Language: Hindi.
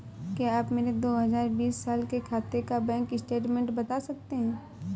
क्या आप मेरे दो हजार बीस साल के खाते का बैंक स्टेटमेंट बता सकते हैं?